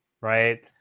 Right